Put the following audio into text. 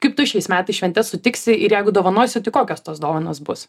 kaip tu šiais metais šventes sutiksi ir jeigu dovanosi tai kokios tos dovanos bus